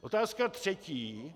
Otázka třetí.